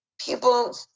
people